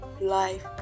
life